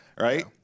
right